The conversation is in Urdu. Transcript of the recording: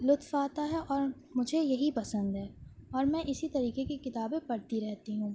لطف آتا ہے اور مجھے یہی پسند ہے اور میں اسی طریقے کی کتابیں پڑھتی رہتی ہوں